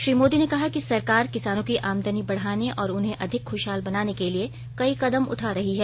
श्री मोदी ने कहा कि सरकार किसानों की आमदनी बढाने और उन्हें अधिक खुशहाल बनाने के लिए कई कदम उठा रही है